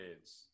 kids